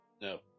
No